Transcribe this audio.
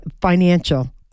financial